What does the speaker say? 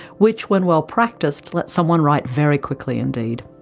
which when well-practiced lets someone write very quickly indeed.